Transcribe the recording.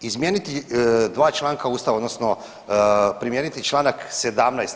Izmijeniti dva članka Ustava, odnosno primijeniti članak 17.